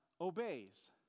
obeys